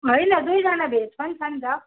होइन दुईजना भेज पनि छ नि त